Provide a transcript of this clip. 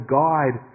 guide